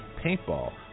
paintball